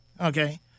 Okay